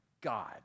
God